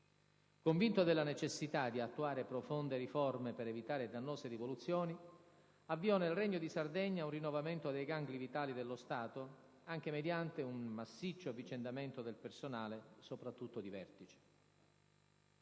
Convinto della necessità di attuare profonde riforme per evitare dannose rivoluzioni, avviò nel Regno di Sardegna un rinnovamento dei gangli vitali dello Stato, anche mediante un massiccio avvicendamento del personale, soprattutto di vertice.